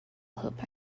hope